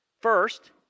First